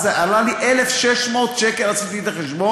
אז זה עלה לי 1,600 שקל, עשיתי את החשבון.